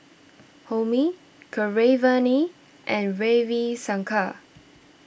Homi Keeravani and Ravi Shankar